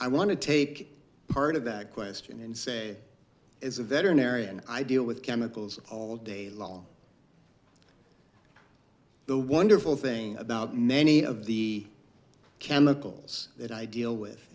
i want to take part of that question and say as a veterinarian i deal with chemicals all day long the wonderful thing about many of the chemicals that i deal with